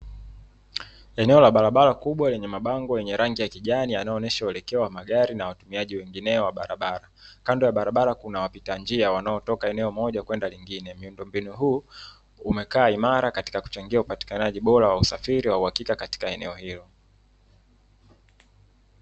Eneo la barabara kubwa lenye mabango ya kijani yanayo onesha uelekeo wa magari na watumiaji wengine wa barabara, kando ya barabara kuna wapita njia wanao toka eneo moja kwenda lingine, miundo mbinu, huu umekaa imara katika kuchangia upatikanaji bora wa usafiri wa uhakika katika eneo hilo.